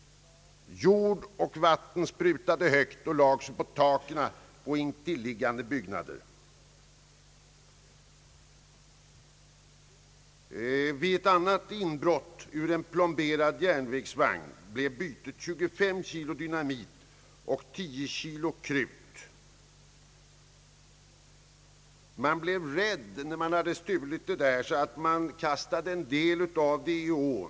Jord och vatten sprutade högt och lade sig på taken på intilliggande byggnader. Vid ett annat inbrott ur en plomberad järnvägsvagn blev bytet 25 kilogram dynamit och 10 kilogram krut. Man blev rädd när man hade stulit detta, och kastade därför en del av det stulna i ån.